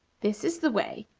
this is the way,